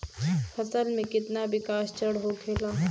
फसल के कितना विकास चरण होखेला?